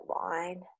line